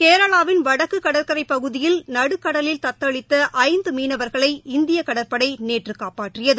கேரளாவின் வடக்கு கடற்கரை பகுதியில் நடுக்கடலில் தத்தளித்த ஐந்து மீனவர்களை இந்திய கடற்படை நேற்று காப்பாற்றியது